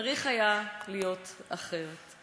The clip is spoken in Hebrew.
צריך היה להיות אחרת.